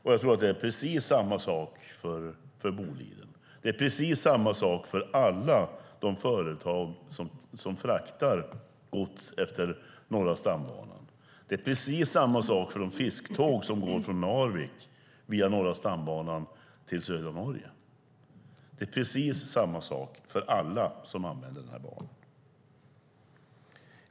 Det är precis samma sak för Boliden och för alla de företag som fraktar gods på Norra stambanan. Det är precis samma sak för de fisktåg som går från Narvik via Norra stambanan till södra Norge.